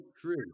true